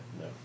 No